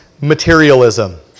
materialism